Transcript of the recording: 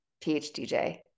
PhDJ